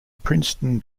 princeton